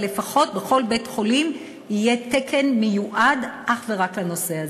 אבל לפחות בכל בית-חולים יהיה תקן מיועד אך ורק לנושא הזה.